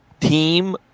team